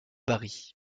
bari